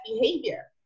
behavior